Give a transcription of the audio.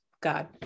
God